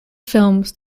films